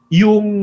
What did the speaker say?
yung